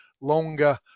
longer